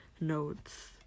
notes